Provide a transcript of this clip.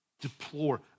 deplore